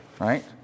Right